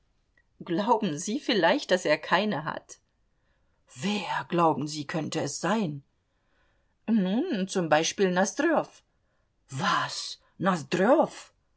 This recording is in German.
glauben sie vielleicht daß er keine hat wer glauben sie könnte es sein nun zum beispiel nosdrjow was